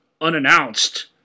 unannounced